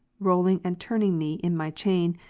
rolling and turning me in my chain,